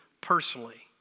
personally